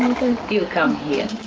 you come here.